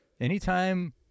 anytime